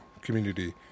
community